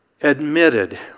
admitted